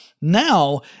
Now